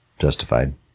justified